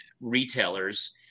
retailers